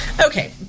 Okay